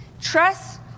trust